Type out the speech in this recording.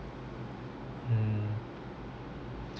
um